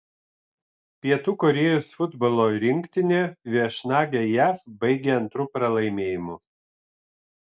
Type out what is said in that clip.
pietų korėjos futbolo rinktinė viešnagę jav baigė antru pralaimėjimu